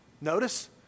Notice